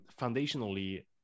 foundationally